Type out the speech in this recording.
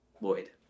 Lloyd